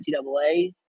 NCAA